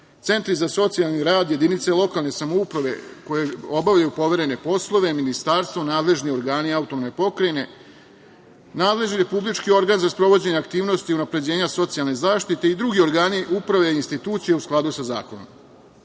centri za socijalni rad, jedinice lokalne samouprave koje obavljaju poverene poslove, ministarstvo, nadležni organi autonomne pokrajine, nadležni republički organ za sprovođenje aktivnosti unapređenja socijalne zaštite i drugi organi uprave i institucija u skladu sa zakonom.U